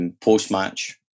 post-match